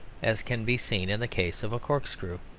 as can be seen in the case of a corkscrew.